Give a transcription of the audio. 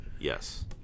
yes